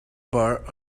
bar